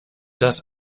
das